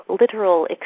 literal